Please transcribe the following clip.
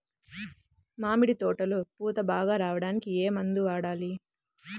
మామిడి తోటలో పూత బాగా రావడానికి ఏ మందు వాడాలి?